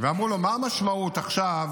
ואמרו לו: מה המשמעות עכשיו,